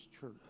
church